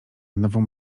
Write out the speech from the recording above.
nową